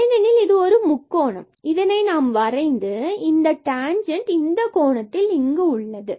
ஏனெனில் இது ஒரு முக்கோணம் இதனை நாம் வரைந்து இந்த டேன்ஜன்ட் இந்த கோணத்தில் இங்கு உள்ளது